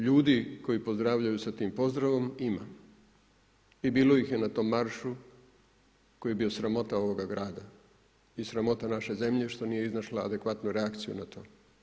Ljudi koji pozdravljaju s tim pozdravom, ima i bilo ih je na tom maršu koji je bio sramota ovoga grada i sramota naše zemlje što nije iznašla adekvatnu reakciju na to.